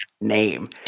name